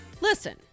Listen